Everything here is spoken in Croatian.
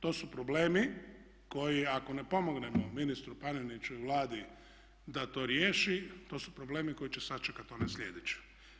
To su problemi koji ako ne pomognemo ministru Paneniću i Vladi da to riješi, to su problemi koji će sačekati one sljedeće.